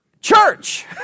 Church